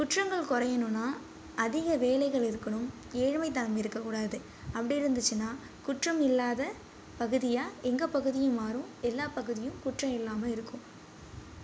குற்றங்கள் குறையணுன்னா அதிக வேலைகள் இருக்கணும் ஏழ்மைத்தனம் இருக்கக்கூடாது அப்படி இருந்துச்சின்னால் குற்றம் இல்லாத பகுதியாக எங்கள் பகுதியும் மாறும் எல்லா பகுதியும் குற்றம் இல்லாது இருக்கும்